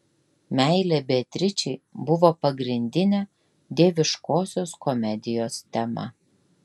meilė beatričei buvo pagrindinė dieviškosios komedijos tema